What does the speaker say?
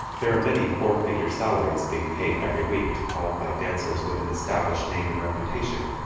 there are many four-figure salaries being paid every week to qualified dancers with an established name and reputation,